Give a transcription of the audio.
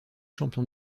champion